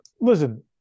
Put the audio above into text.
Listen